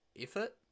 effort